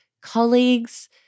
colleagues